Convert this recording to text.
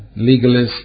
legalists